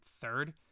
third